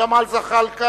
חבר הכנסת ג'מאל זחאלקה,